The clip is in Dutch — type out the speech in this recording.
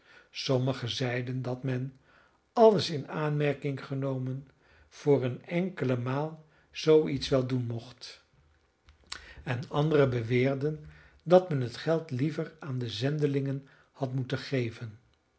sommigen zeiden dat men alles in aanmerking genomen voor eene enkele maal zoo iets wel doen mocht en anderen beweerden dat men het geld liever aan de zendelingen had moeten geven